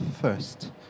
first